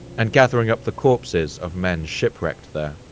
and gathering up the corpses of men shipwrecked there.